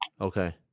Okay